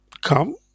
come